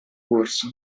corso